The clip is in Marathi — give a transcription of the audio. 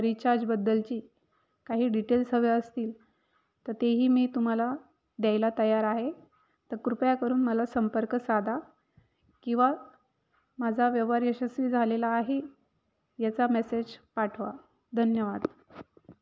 रिचार्जबद्दलची काही डिटेल्स हवे असतील तर तेही मी तुम्हाला द्यायला तयार आहे तर कृपया करून मला संपर्क साधा किंवा माझा व्यवहार यशस्वी झालेला आहे याचा मेसेज पाठवा धन्यवाद